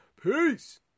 Peace